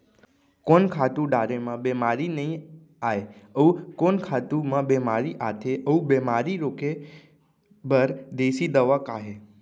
कोन खातू डारे म बेमारी नई आये, अऊ कोन खातू म बेमारी आथे अऊ बेमारी रोके बर देसी दवा का हे?